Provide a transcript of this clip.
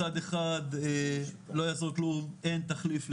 מצד אחד, לא יעזור כלום, אין תחליף לגיבויים,